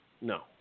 No